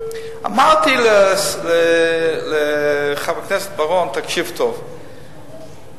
אמרתי לחבר הכנסת בר-און: תקשיב טוב,